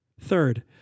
Third